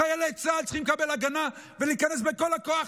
חיילי צה"ל צריכים לקבל הגנה ולהיכנס בכל הכוח,